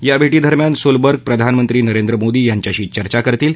या भेटीदरम्यान सोलबर्ग प्रधानमंत्री नरेंद्र मोदी यांच्याशी चर्चा करतील